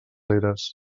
eres